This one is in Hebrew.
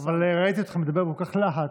ראיתי אותך מדבר בכזה להט,